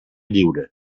lliure